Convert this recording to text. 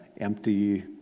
empty